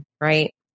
right